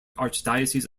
archdiocese